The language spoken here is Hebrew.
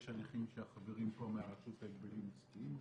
יש הליכים שהחברים פה מהרשות להגבלים עסקיים עושים,